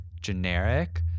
generic